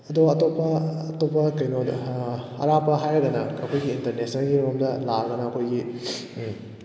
ꯑꯗꯨ ꯑꯇꯣꯞ ꯑꯇꯣꯞꯄ ꯀꯩꯅꯣꯗ ꯑꯔꯥꯞꯄ ꯍꯥꯏꯔꯒꯅ ꯑꯩꯈꯣꯏꯒꯤ ꯏꯟꯇꯔꯅꯦꯁꯅꯦꯜꯒꯤꯔꯣꯝꯗ ꯂꯥꯀꯑꯒꯅ ꯑꯩꯈꯣꯏꯒꯤ